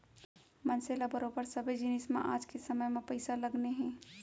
मनसे ल बरोबर सबे जिनिस म आज के समे म पइसा लगने हे